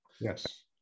Yes